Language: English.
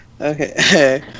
Okay